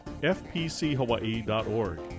fpchawaii.org